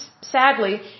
sadly